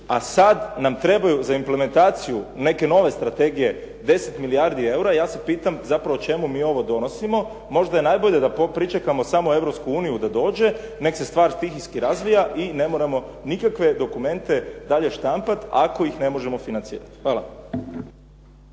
a sada nam trebaju za implementaciju neke nove strategije 10 milijardi eura, ja sada pitam zapravo čemu mi ovo donosimo, možda je najbolje samo da pričekamo Europsku uniju da dođe, neka se stvar stihijski razvija i ne moramo nikakve dokumente dalje štampati, ako ih ne možemo financirati. Hvala.